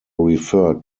referred